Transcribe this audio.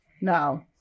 No